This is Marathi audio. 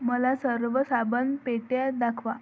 मला सर्व साबणपेट्या दाखवा